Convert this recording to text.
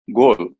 goal